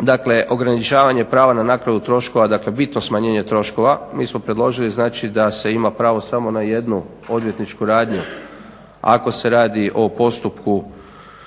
dakle ograničavanje prava na naknadu troškova, dakle bitno smanjenje troškova. Mi smo predložili znači da se ima pravo samo na jednu odvjetničku radnju ako se radi o postupku